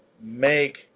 make